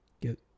get